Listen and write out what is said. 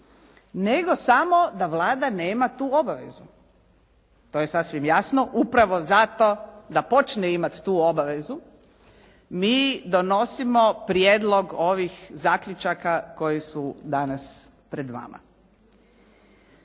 nego samo da Vlada nema tu obavezu. To je sasvim jasno, upravo zato da počne imati tu obavezu, mi donosimo prijedlog ovih zaključaka koji su danas pred vama.